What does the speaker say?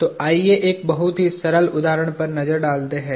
तो आइए एक बहुत ही सरल उदाहरण पर नजर डालते हैं